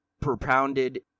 propounded